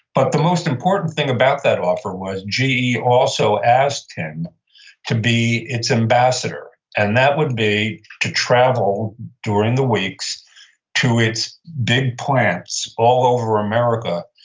but the most important thing about that offer was, ge also asked him to be its ambassador. and that would be to travel during the weeks to its big plants all over america,